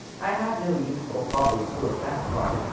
i have no youthful follies to look back upon,